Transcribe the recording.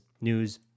news